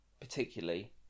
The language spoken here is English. particularly